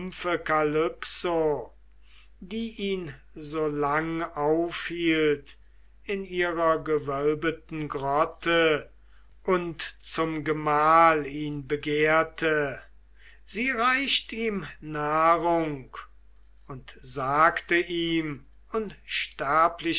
die ihn so lang aufhielt in ihrer gewölbeten grotte und zum gemahl ihn begehrte sie reicht ihm nahrung und sagte ihm